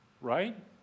Right